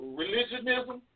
religionism